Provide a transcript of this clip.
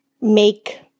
make